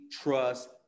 trust